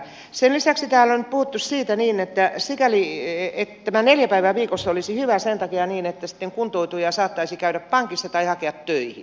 sen lisäksi täällä on nyt puhuttu siitä niin että tämä neljä päivää viikossa olisi hyvä sen takia että sitten kuntoutuja saattaisi käydä pankissa tai hakea töihin